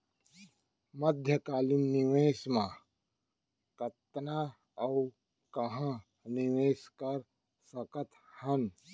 मध्यकालीन निवेश म कतना अऊ कहाँ निवेश कर सकत हन?